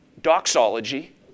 Doxology